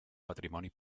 patrimoni